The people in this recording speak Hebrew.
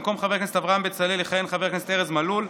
במקום חבר הכנסת אברהם בצלאל יכהן חבר הכנסת ארז מלול,